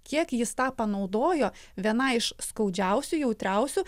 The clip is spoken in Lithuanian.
kiek jis tą panaudojo vienai iš skaudžiausių jautriausių